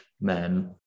men